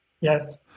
Yes